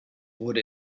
wurde